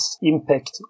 impact